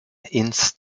ins